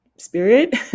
spirit